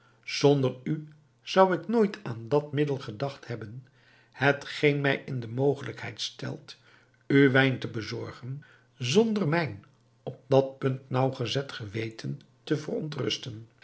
zonder u zou ik nooit aan dat middel gedacht hebben hetgeen mij in de mogelijkheid stelt u wijn te bezorgen zonder mijn op dat punt naauwgezet geweten te verontrusten